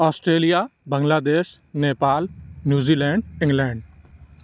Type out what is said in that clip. Australia Bangladesh Nepal New Zealand England